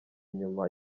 nyuma